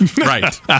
Right